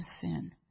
sin